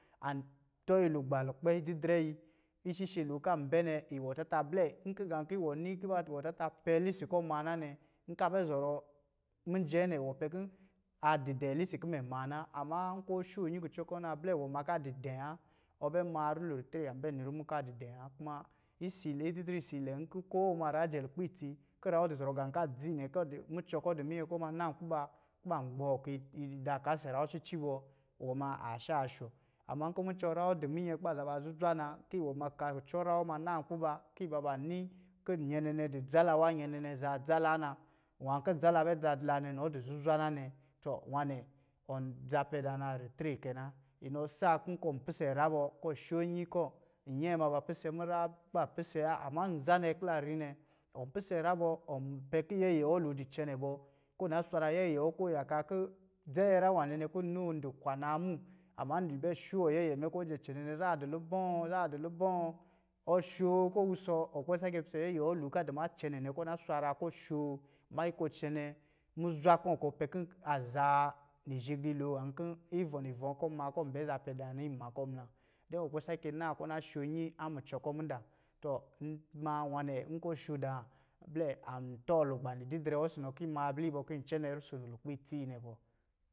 An tɔ yi lugba lukpɛ ididrɛ yi ishishe lo kó an bɛ nɛ, iwɔ tata blɛ nkɔ̄ gá kɔ̄ iwɔ ni kɔ̄ iwɔ tata pɛ lisi kɔ̄ ɔmaa na nɛ, n kɔ̄ a bɛ zɔrɔ mijɛ̄ nɛ iwɔ pɛ kɔ̄ a dɔ̄ dɛ̄ wa, ɔ bɛ maa rulo ritre an bɛ ni rumu kɔ̄ a dɔ̄ dɛ̄ kuma isa ilɛ ididrɛ isa ilɛ nkɔ̄ ko ɔma nyrá wɔ lukpɛ itsi kɔ̄ nyrá wɔ dɔ̄ zɔrɔ gá adzi kɔ̄ mucɔ kɔ̄ dɔ̄ minyɛ kɔ̄ ko ɔma naa nkpi ba kɔ̄ ban gbɔɔ yi da ɔka ɔsɔ̄ nyrá wɔ cici bɔ, iwɔ ma aa shaashɔ, ama n kɔ̄ mucɔ nyrá wɔ dɔ̄ minyɛn kɔ̄ ba zaba azuzwa na kó iwɔ ma ɔka nyrá wɔ naa nkpii ba kɔ̄ iba ba ni kɔ̄ nyɛ nnɛ dɔ̄ dza la wa nyɛ nɛ nɛ azaa dza la na. Nwá kɔ̄ dza la bɛ da dɔ̄ la nɛ inɔ tɔ̄ zuzwa na nɛ, nwá nɛ tɔ, ɔn za pɛ dá na ritre kɛ na inɔ saa kɔ̄ nkɔ̄ pisɛ nyrá bɔ kɔ̄ ɔsho nnyi kɔ̄, nnyɛɛ ba pisɛ mu nyrá bɔ kɔ̄ ɔ sho nnyi kɔ̄, nnyɛɛ ba pisɛ mu nyrá kɔ̄ ba pisɛ wa, ama nza nɛ kɔ̄ la ri nɛ, ɔn pisɛ nyrá bɔ ɔnpɛ kɔ̄ yɛyɛ wɔ lo dɔ̄ cɛnɛ bo kɔ̄ ɔna swara yɛyɛ wɔ kɔ̄ ɔya kaa kɔ̄ dza nyinyrá nwá nɛ kɔ̄ n noo n dɔ̄ kwanaa ama n dɔ̄ bɛ sho wɔ yɛyɛ mɛ kɔ̄ ɔ jɛ cɛnɛ ɔsɔ̄ nɔ nɛm zá adɔ̄ lubɔ̄? Zá a dɔ̄ lubɔ̄? Ɔ shoo kɔ̄ ɔ wusɔ ɔkpɛ sake sho yɛyɛ wɔ lo kɔ̄ a dɔ̄ ma cɛnɛ nɛ kɔ̄ ɔ na swaraa kɔ̄ ɔ shoo mannyi kɔ̄ ɔ cɛnɛ muzwa kɔ̄ azaa nizhigli lo nwá kó ivɔ̄ nivɔ̄ kɔ̄ ɔmaa kɔ̄ ɔn bɛ za pɛ dá na ima kɔ̄ muna, de ɔ kpɛ sake naa kɔ̄ mudá, tɔn maa nwá nɛ nkɔ̄ ɔ sho dá blɛ an tɔɔ lugba nididrɛ wɔ ɔsɔ̄ nɔ nkɔ̄ yi ma ablɛ yi bɔ kɔ̄ yin cɛnɛ rusono lukpɛ itsi yi nɛ bɔ.